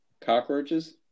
Cockroaches